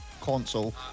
console